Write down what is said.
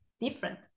different